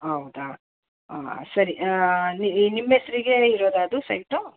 ಹೌದಾ ಆಂ ಸರಿ ನಿಮ್ಮ ಹೆಸರಿಗೇ ಇರೋದಾ ಅದು ಸೈಟು